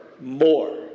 more